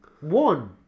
One